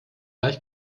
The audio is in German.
gleich